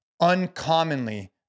uncommonly